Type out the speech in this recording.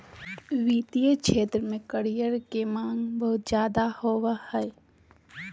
वित्तीय क्षेत्र में करियर के माँग बहुत ज्यादे होबय हय